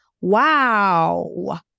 Wow